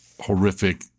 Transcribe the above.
horrific